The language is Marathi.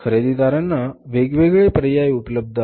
खरेदीदारांना वेगवेगळे पर्याय उपलब्ध आहेत